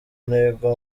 intego